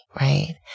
right